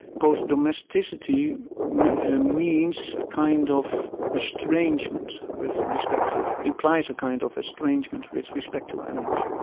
post-domesticity means ah means a kind of estrangement with respect to it implies a kind of estrangement with respect to animals,